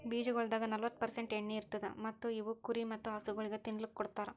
ಬೀಜಗೊಳ್ದಾಗ್ ನಲ್ವತ್ತು ಪರ್ಸೆಂಟ್ ಎಣ್ಣಿ ಇರತ್ತುದ್ ಮತ್ತ ಇವು ಕುರಿ ಮತ್ತ ಹಸುಗೊಳಿಗ್ ತಿನ್ನಲುಕ್ ಕೊಡ್ತಾರ್